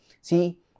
See